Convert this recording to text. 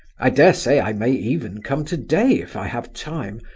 i dare say i may even come today if i have time,